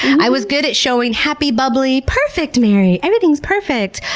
i was good at showing happy, bubbly, perfect mary, everything's perfect!